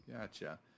Gotcha